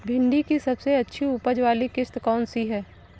भिंडी की सबसे अच्छी उपज वाली किश्त कौन सी है?